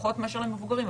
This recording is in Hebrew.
פחות מאשר למבוגרים,